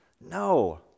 No